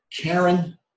Karen